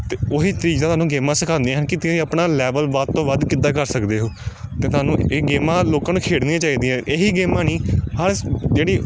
ਅਤੇ ਉਹੀ ਚੀਜ਼ਾਂ ਤੁਹਾਨੂੰ ਗੇਮਾਂ ਸਿਖਾਉਂਦੀਆਂ ਹਨ ਕਿ ਤੁਸੀਂ ਆਪਣਾ ਲੈਵਲ ਵੱਧ ਤੋਂ ਵੱਧ ਕਿੱਦਾਂ ਕਰ ਸਕਦੇ ਹੋ ਅਤੇ ਤੁਹਾਨੂੰ ਇਹ ਗੇਮਾਂ ਲੋਕਾਂ ਨੂੰ ਖੇਡਣੀਆਂ ਚਾਹੀਦੀਆਂ ਹੈ ਇਹੀ ਗੇਮਾਂ ਨਹੀਂ ਹਰ ਜਿਹੜੀ